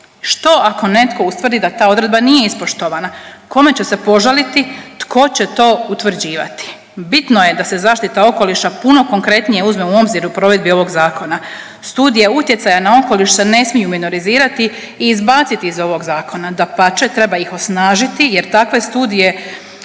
Što ako netko ustvrdi da ta odredba nije ispoštovana? Kome će se požaliti? Tko će to utvrđivati? Bitno je da se zaštita okoliša puno konkretnije uzme u obzir u provedbi ovog zakona. Studije utjecaja na okoliš se ne smiju minorizirati i izbaciti iz ovog zakona, dapače treba ih osnažiti jer takve studije